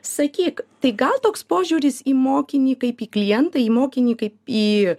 sakyk tai gal toks požiūris į mokinį kaip į klientą į mokinį kaip į